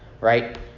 right